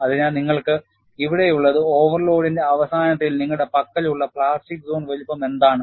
അതിനാൽ നിങ്ങൾക്ക് ഇവിടെയുള്ളത് ഓവർലോഡിന്റെ അവസാനത്തിൽ നിങ്ങളുടെ പക്കലുള്ള പ്ലാസ്റ്റിക് സോൺ വലുപ്പം എന്താണ്